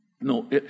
No